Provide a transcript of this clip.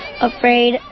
afraid